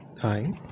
Hi